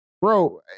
bro